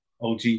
OG